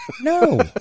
No